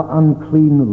unclean